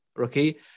okay